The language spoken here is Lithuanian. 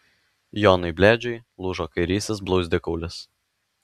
jonui blėdžiui lūžo kairysis blauzdikaulis